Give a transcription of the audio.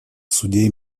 судей